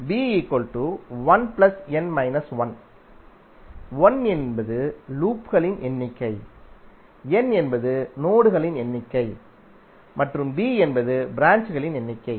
எனவே b l n 1 l என்பது லூப்களின் எண்ணிக்கை n என்பது நோடுகளின் எண்ணிக்கை மற்றும் b என்பது ப்ராஞ்ச்களின் எண்ணிக்கை